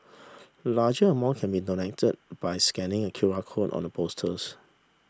larger amount can be donated by scanning a Q R code on the posters